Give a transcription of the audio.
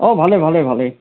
অঁ ভালে ভালে ভালেই